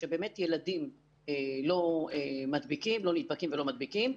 שבאמת ילדים לא נדבקים ולא מדביקים.